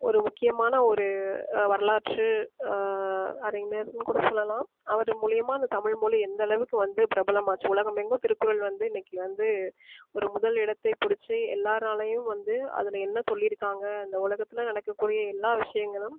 ஒரு முக்கியமான ஒரு வரலாற்று அறிஞர்னு கூட சொல்லலாம் அவர் மூலிமா இந்த தமிழ்மொழி எந்தளவுக்கு வந்து பிரபலமாகிச்சு உலகமெங்கும் திருக்குறள் வந்து இன்றைக்கு வந்து ஒரு முதல் இடத்தை பிடித்து எல்லாராலேயும் வந்து அதில் என்ன சொல்லியிருக்காங்க இந்த உலகத்தில் நடக்கக்கூடிய எல்லா விஷயங்களும்